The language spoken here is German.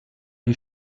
die